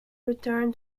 return